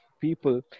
people